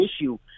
issue